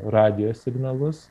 radijo signalus